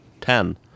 Ten